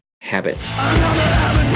Habit